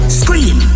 scream